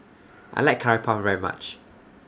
I like Curry Puff very much